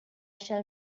shall